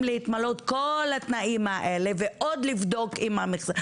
להתמלא כל התנאים האלה ועוד לבדוק אם המכסה.